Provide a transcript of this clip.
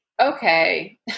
okay